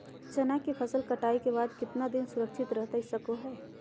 चना की फसल कटाई के बाद कितना दिन सुरक्षित रहतई सको हय?